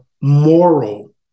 moral